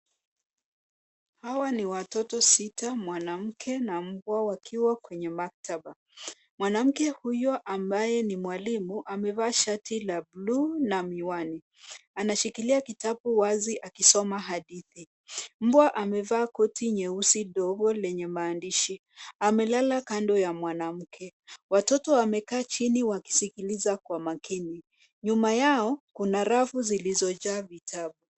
Hawa ni watoto sita, mwanamke na mbwa wakiwa kwenye maktaba. Mwanamke huyo ambaye ni mwalimu amevaa shati la bluu na miwani. Anashikilia kitabu wazi akisoma hadithi. Mbwa amevaa koti nyeusi ndogo lenye maandishi, amelala kando ya mwanamke. Watoto wamekaa chini wakisikiliza kwa makini. Nyuma yao kuna rafu zilizojaa vitabu.